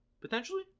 potentially